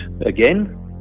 again